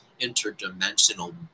interdimensional